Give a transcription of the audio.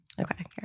Okay